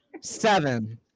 seven